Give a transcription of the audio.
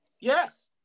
Yes